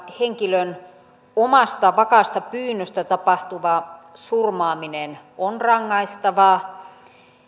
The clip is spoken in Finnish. henkilön omasta vakaasta pyynnöstä tapahtuva surmaaminen on rangaistavaa